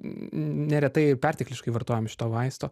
neretai ir pertekliškai vartojam šito vaisto